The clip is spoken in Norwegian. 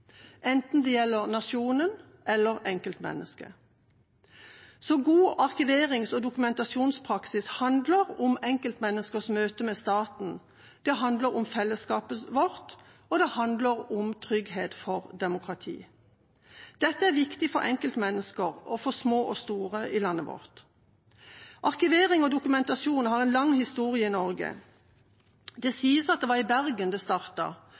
enten det gjelder nasjonen, eller det gjelder enkeltmennesket. God arkiverings- og dokumentasjonspraksis handler om enkeltmenneskers møte med staten, det handler om fellesskapet vårt, og det handler om trygghet for demokrati. Dette er viktig for enkeltmennesker – for små og store i landet vårt. Arkivering og dokumentasjon har en lang historie i Norge. Det sies at det var i Bergen det